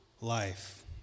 life